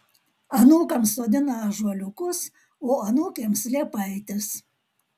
anūkams sodina ąžuoliukus o anūkėms liepaites